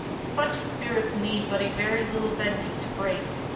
such spirits need but a very little bending to break.